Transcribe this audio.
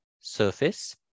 surface